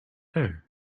there